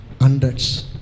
Hundreds